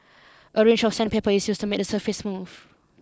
a range of sandpaper is used to make the surface smooth